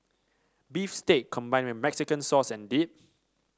beef steak combined with Mexican sauce and dip